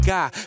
God